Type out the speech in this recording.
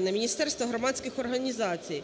міністерств та громадських організацій.